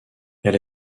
elle